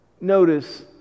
Notice